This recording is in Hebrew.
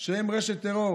הוא אמר להם שהם רשת טרור,